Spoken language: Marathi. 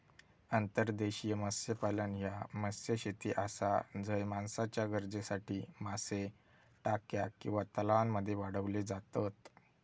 अंतर्देशीय मत्स्यपालन ह्या मत्स्यशेती आसा झय माणसाच्या गरजेसाठी मासे टाक्या किंवा तलावांमध्ये वाढवले जातत